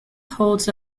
holds